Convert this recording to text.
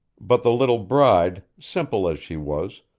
but the little bride, simple as she was,